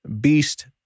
beast